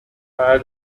fire